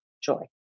joy